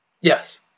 Yes